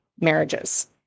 marriages